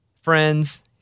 friends